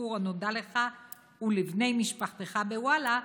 בסיקור הנוגע לך ולבני משפחתך בוואלה,